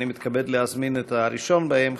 אני מתכבד להזמין את הראשון שבהם,